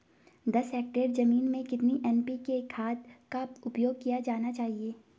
दस हेक्टेयर जमीन में कितनी एन.पी.के खाद का उपयोग किया जाना चाहिए?